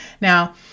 Now